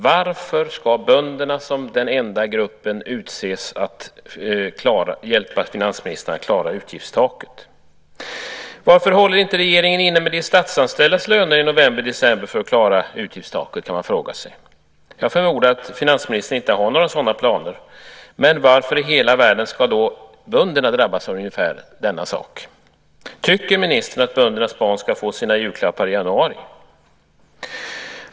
Varför ska bönderna som den enda gruppen utses att hjälpa finansministern att klara utgiftstaket? Varför håller regeringen inte inne de statsanställdas löner i november och december för att klara utgiftstaket? kan man fråga sig. Jag förmodar att finansministern inte har några sådana planer. Men varför i hela världen ska bönderna drabbas ungefär så? Tycker ministern att böndernas barn ska få sina julklappar i januari?